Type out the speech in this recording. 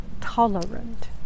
tolerant